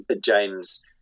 James